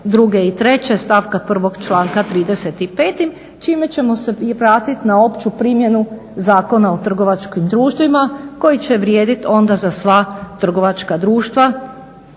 druge i treće stavka prvog članka 35. čime ćemo se vratiti na opću primjenu Zakona o trgovačkim društvima koji će vrijediti onda za sva trgovačka društva